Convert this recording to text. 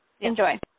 Enjoy